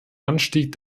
anstieg